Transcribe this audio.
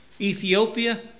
Ethiopia